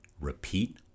Repeat